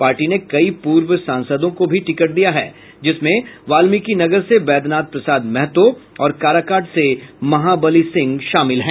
party ने कई पूर्व सांसदों को भी टिकट दिया है जिसमें वाल्मिकीनगर से बैद्यनाथ प्रसाद महतो और काराकाट से महाबली सिंह शामिल हैं